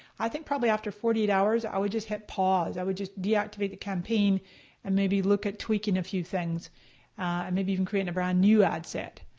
i think probably after forty eight hours i would just hit pause, i would just deactivate the campaign and maybe look at tweaking a few things. and maybe even creating a brand new ad set.